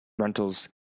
rentals